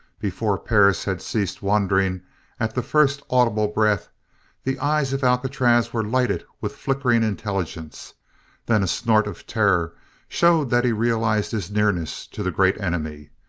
before perris had ceased wondering at the first audible breath the eyes of alcatraz were lighted with flickering intelligence then a snort of terror showed that he realized his nearness to the great enemy.